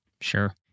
Sure